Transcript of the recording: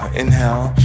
inhale